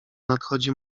nadchodzi